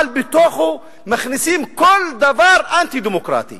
אבל בתוכה מכניסים כל דבר אנטי-דמוקרטי